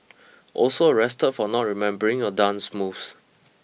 also arrested for not remembering your dance moves